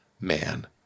man